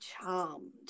charmed